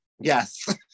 Yes